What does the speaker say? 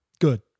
good